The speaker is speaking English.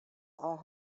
are